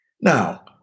Now